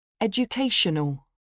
Educational